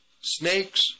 snakes